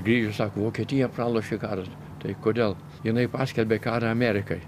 grįžęs sako vokietija pralošė karą tai kodėl jinai paskelbė karą amerikai